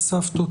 הסבתות,